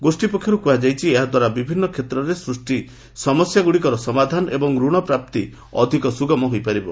ଗୋଷ୍ଠୀ ପକ୍ଷରୁ କୁହାଯାଇଛି ଏହାଦ୍ୱାରା ବିଭିନ୍ନ କ୍ଷେତ୍ରରେ ସୃଷ୍ଟ ସମସ୍ୟାଗୁଡ଼ିକର ସମାଧାନ ଏବଂ ରଣପ୍ରାପ୍ତି ଅଧିକ ସୁଗମ ହୋଇପାରିବ